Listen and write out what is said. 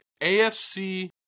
AFC